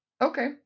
Okay